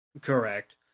Correct